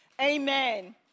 Amen